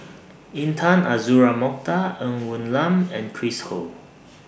Intan Azura Mokhtar Ng Woon Lam and Chris Ho